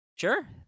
Sure